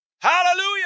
Hallelujah